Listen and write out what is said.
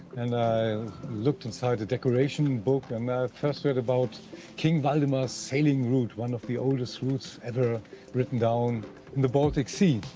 and i looked inside a decoration book. and i first read about king valdemar's sailing route. one of the oldest routes ever written down in the baltic sea.